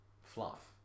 fluff